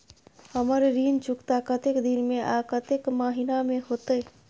हमर ऋण चुकता कतेक दिन में आ कतेक महीना में होतै?